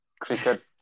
cricket